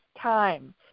Time